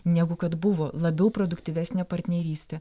negu kad buvo labiau produktyvesnė partnerystė